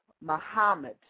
Muhammad